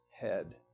head